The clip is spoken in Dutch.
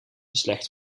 beslecht